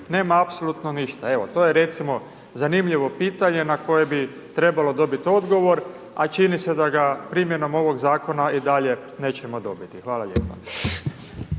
nema apsolutno ništa. Evo to je recimo zanimljivo pitanje na koji bi trebalo dobiti odgovor a čini se da ga primjenom ovog zakona i dalje nećemo dobiti. Hvala lijepa.